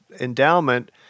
endowment